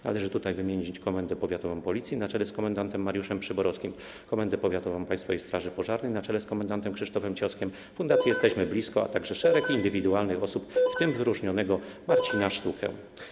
Należy tutaj wymienić Komendę Powiatową Policji na czele z komendantem Mariuszem Przyborowskim, Komendę Powiatową Państwowej Straży Pożarnej na czele z komendantem Krzysztofem Cioskiem, fundację Dzwonek „Jesteśmy blisko”, a także szereg indywidualnych osób, w tym wyróżnionego Marcina Sztukę.